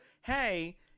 hey